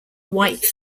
white